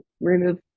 remove